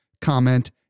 comment